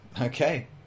Okay